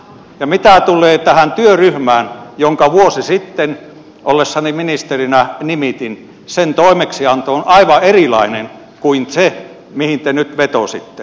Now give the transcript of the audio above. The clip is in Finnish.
ja mitä tulee tähän työryhmään jonka vuosi sitten ollessani ministerinä nimitin sen toimeksianto on aivan erilainen kuin se mihin te nyt vetositte